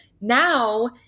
now